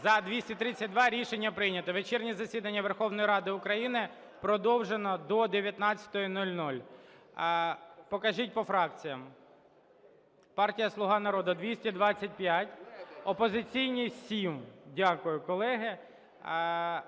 За – 232. Рішення прийнято. Вечірнє засідання Верховної Ради України продовжено до 19:00. Покажіть по фракціям. Партія "Слуга народу" – 225, опозиційні – 7. Дякую, колеги.